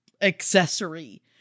accessory